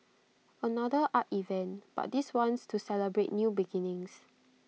another art event but this one's to celebrate new beginnings